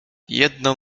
jedną